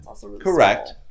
Correct